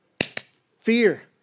Fear